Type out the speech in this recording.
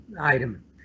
item